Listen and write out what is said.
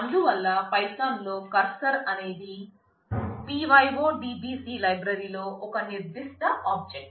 అందువల్ల పైథాన్ లో కర్సర్ అనేది pyodbc లైబ్రరీలో ఒక నిర్ధిష్ట ఆబ్జెక్ట్